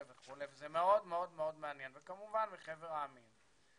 וכולי וזה מאוד מאוד מעניין כמובן מחבר העמים.